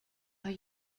are